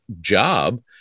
job